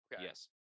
Yes